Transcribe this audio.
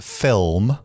film